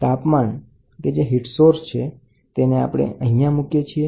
તો તાપમાન કે જે સ્ત્રોત છે તેને અહીયાં મૂકીએ છીએ